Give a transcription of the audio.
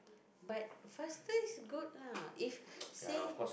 but faster is good lah if say